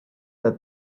that